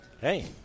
hey